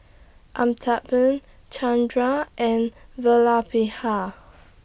Amitabh Chandra and Vallabhbhai